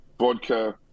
vodka